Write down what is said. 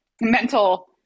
mental